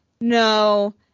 no